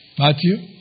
Matthew